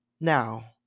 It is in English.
Now